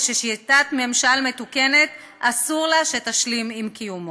וששיטת ממשל מתוקנת אסור לה שתשלים עם קיומו.